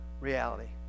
reality